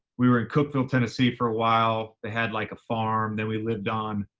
we were in cookeville, tennessee, for a while. they had, like, a farm that we lived on,